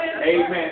Amen